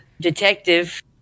detective